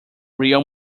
real